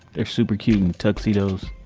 they're super cute in tuxedos,